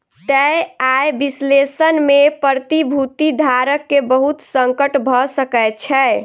तय आय विश्लेषण में प्रतिभूति धारक के बहुत संकट भ सकै छै